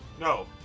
No